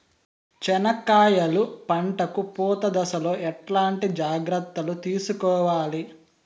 చెనక్కాయలు పంట కు పూత దశలో ఎట్లాంటి జాగ్రత్తలు తీసుకోవాలి?